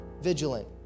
vigilant